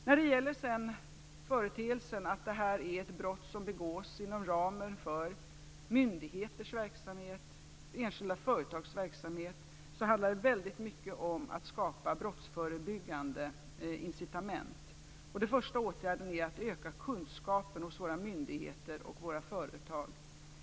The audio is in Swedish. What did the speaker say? När det sedan gäller företeelsen att det här är ett brott som begås inom ramen för myndigheters och enskilda företags verksamhet handlar det väldigt mycket om att skapa brottsförebyggande incitament. Den första åtgärden är att öka kunskapen hos våra myndigheter och företag.